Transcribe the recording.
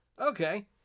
okay